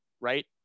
right